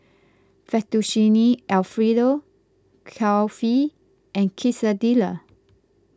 Fettuccine Alfredo Kulfi and Quesadillas